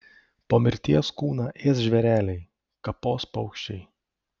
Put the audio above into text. po mirties kūną ės žvėreliai kapos paukščiai